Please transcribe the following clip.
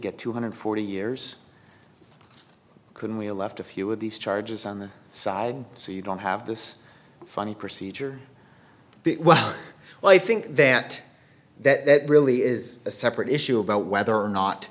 get two hundred forty years couldn't we left a few of these charges on the side so you don't have this funny procedure well i think that that really is a separate issue about whether